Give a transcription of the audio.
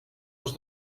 els